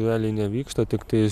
realiai nevyksta tiktais